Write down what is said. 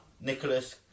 nicholas